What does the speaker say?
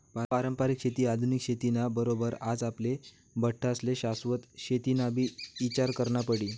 पारंपरिक शेती आधुनिक शेती ना बरोबर आज आपले बठ्ठास्ले शाश्वत शेतीनाबी ईचार करना पडी